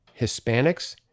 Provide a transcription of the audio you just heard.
Hispanics